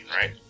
right